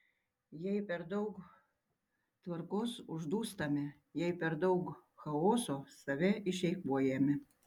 jei per daug tvarkos uždūstame jei per daug chaoso save išeikvojame